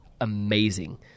amazing